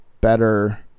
better